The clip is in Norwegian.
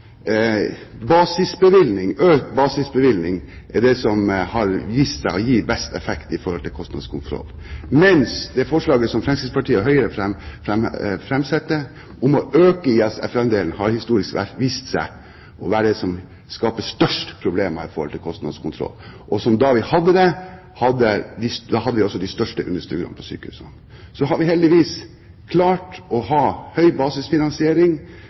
økt basisbevilgning er det som gir best effekt på kostnadskontroll, mens det forslaget Fremskrittspartiet og Høyre framsetter om å øke ISF-andelen, historisk har vist seg å være det som skaper størst problemer for kostnadskontroll. Da vi hadde det, hadde vi også de største underskuddene på sykehusene. Så har vi heldigvis klart å ha høy basisfinansiering